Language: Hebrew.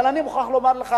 אבל אני מוכרח לומר לך,